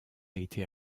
été